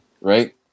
right